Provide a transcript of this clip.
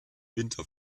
winter